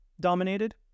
dominated